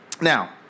Now